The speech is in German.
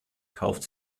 kauft